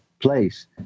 place